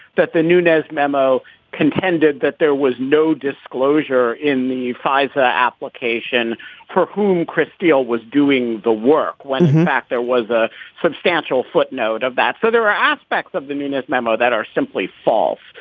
that the nunez memo contended that there was no disclosure in the fisa application for whom chris steele was doing the work, when, in fact, there was a substantial footnote of that. so there are aspects of the nunez memo that are simply false.